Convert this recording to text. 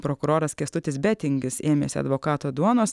prokuroras kęstutis betingis ėmėsi advokato duonos